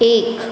एक